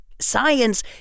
Science